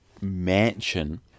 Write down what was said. mansion